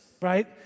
right